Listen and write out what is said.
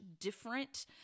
different